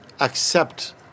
accept